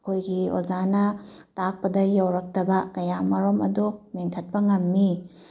ꯑꯩꯈꯣꯏꯒꯤ ꯑꯣꯖꯥꯅ ꯇꯥꯛꯄꯗ ꯌꯧꯔꯛꯇꯥꯕ ꯀꯌꯥ ꯃꯔꯨꯝ ꯑꯗꯨ ꯃꯦꯟꯈꯠꯄ ꯉꯝꯃꯤ